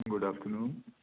good afternoon